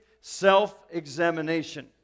Self-examination